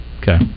Okay